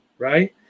Right